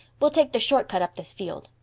we'll take the short cut up this field.